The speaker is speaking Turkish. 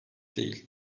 değil